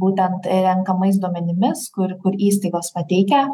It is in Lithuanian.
būtent renkamais duomenimis kur kur įstaigos pateikia